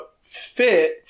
fit